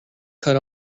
cut